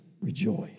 rejoice